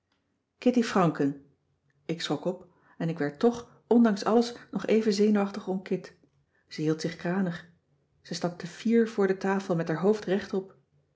kitty franken ik schrok op en ik werd tch ondanks alles nog even zenuwachtig om kit ze hield zich kranig ze stapte fier voor de tafel met haar hoofd recht op